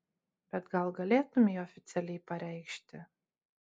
bet gal galėtumei oficialiai pareikšti